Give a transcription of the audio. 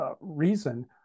reason